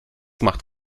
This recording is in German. macht